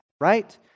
right